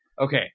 Okay